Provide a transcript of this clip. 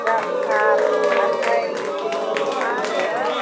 ग्रासखाब ओमफ्राय मा होनो